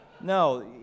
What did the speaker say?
No